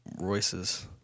Royce's